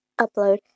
upload